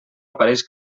apareix